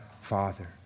father